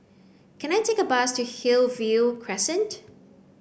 can I take a bus to Hillview Crescent